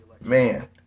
Man